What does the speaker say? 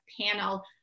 panel